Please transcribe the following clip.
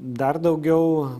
dar daugiau